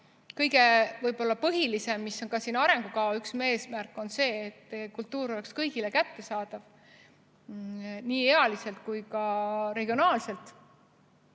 Kõige põhilisem, mis on ka arengukava üks eesmärk, on see, et kultuur oleks kõigile kättesaadav, nii ealiselt kui ka regionaalselt.